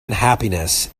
unhappiness